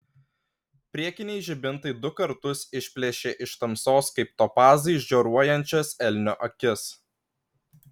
priekiniai žibintai du kartus išplėšė iš tamsos kaip topazai žioruojančias elnio akis